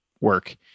work